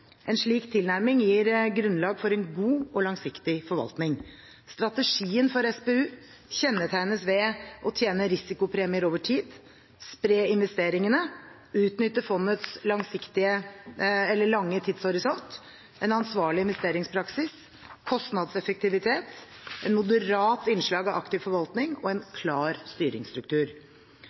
En slik tilnærming gir grunnlag for en god og langsiktig forvaltning. Strategien for SPU kjennetegnes ved å tjene risikopremier over tid å spre investeringene å utnytte fondets lange tidshorisont en ansvarlig investeringspraksis kostnadseffektivitet et moderat innslag av aktiv forvaltning en klar styringsstruktur